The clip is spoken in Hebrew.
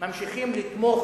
ממשיכים לתמוך